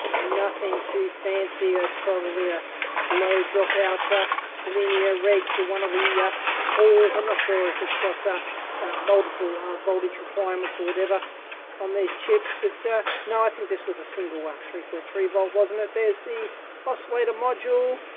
nothing too fancy, that's probably a low-dropout ah linear reg for one of the yeah cores. i'm not sure if it's got ah multiple ah voltage requirements or whatever on these chips. but no, i think this was a single ah three point three volt, wasn't it? there's the oscillator module,